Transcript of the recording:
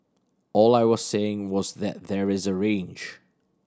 all I was saying was that there is a range